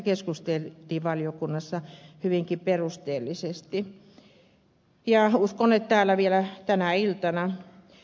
tästä keskusteltiin valiokunnassa hyvinkin perusteellisesti ja uskon että siitä täällä vielä tänä iltana keskustellaan